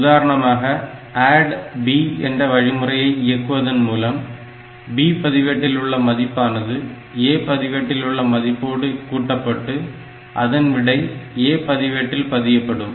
உதாரணமாக ADD B என்ற வழிமுறையை இயக்குவதன் மூலம் B பதிவேட்டில் உள்ள மதிப்பானது A பதிவேட்டில் உள்ள மதிப்போடு கூட்டப்பட்டு அதன் விடை A பதிவேட்டில் பதியப்படும்